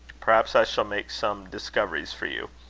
perhaps i shall make some discoveries for you.